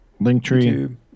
Linktree